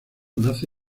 nace